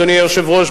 אדוני היושב-ראש,